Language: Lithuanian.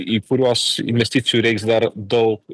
į kuriuos investicijų reiks dar daug